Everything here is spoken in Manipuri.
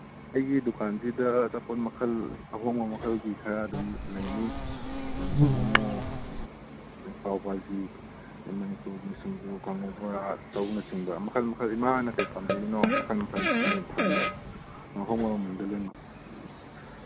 ꯑꯩꯒꯤ ꯗꯨꯀꯥꯟꯁꯤꯗ ꯑꯆꯥꯄꯣꯠ ꯃꯈꯜ ꯑꯍꯣꯡꯕ ꯃꯈꯜꯒꯤ ꯈꯔ ꯑꯗꯨꯝ ꯂꯩꯅꯤ ꯃꯣꯃꯣ ꯑꯗꯒꯤ ꯄꯥꯋꯥꯖꯤ ꯑꯗꯒꯤ ꯃꯅꯤꯄꯨꯔꯒꯤ ꯁꯤꯡꯖꯨ ꯀꯥꯡꯒꯧ ꯕꯣꯔꯥ ꯆꯧꯅꯆꯤꯡꯕ ꯃꯈꯜ ꯃꯈꯜ ꯏꯃꯥꯅ ꯀꯔꯤ ꯄꯥꯝꯕꯤꯔꯤꯅꯣ ꯃꯈꯜ ꯃꯈꯜ ꯈꯨꯗꯤꯡꯃꯛ ꯂꯣꯏ ꯐꯪꯅꯤ